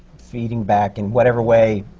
feeding back in whatever way?